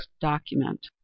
document